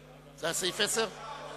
האם זה היה סעיף 10?